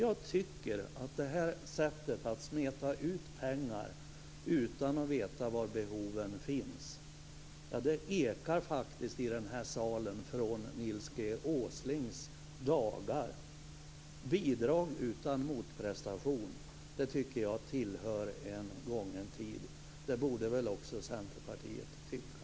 Jag tycker att det här sättet att smeta ut pengar utan att veta var behoven finns ekar i den här salen från Nils G Åslings dagar: bidrag utan motprestation. Det tycker jag tillhör en gången tid. Det borde väl också Centerpartiet tycka.